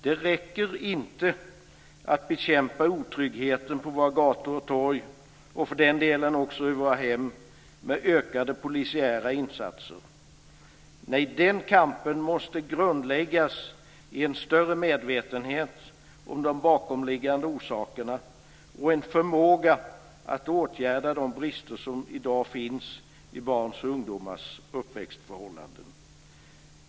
Det räcker inte att bekämpa otryggheten på våra gator och torg, och för den delen också i våra hem, med ökade polisiära insatser. Nej, den kampen måste grundläggas i en större medvetenhet om de bakomliggande orsakerna och en förmåga att åtgärda de brister som i dag finns i barns och ungdomars uppväxtförhållanden.